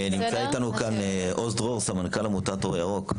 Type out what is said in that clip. נמצא איתנו כאן עוז דרור, סמנכ"ל עמותת אור ירוק.